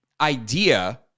idea